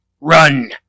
Run